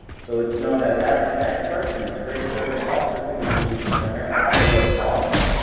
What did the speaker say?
so it's known as ask an expert and its great service offered to the solutions center at zero cost.